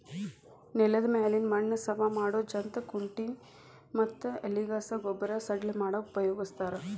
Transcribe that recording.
ನೆಲದ ಮ್ಯಾಲಿನ ಮಣ್ಣ ಸವಾ ಮಾಡೋ ಜಂತ್ ಕುಂಟಿ ಮತ್ತ ಎಲಿಗಸಾ ಗೊಬ್ಬರ ಸಡ್ಲ ಮಾಡಾಕ ಉಪಯೋಗಸ್ತಾರ